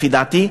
לפי דעתי,